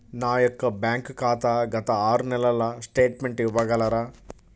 నా యొక్క బ్యాంక్ ఖాతా గత ఆరు నెలల స్టేట్మెంట్ ఇవ్వగలరా?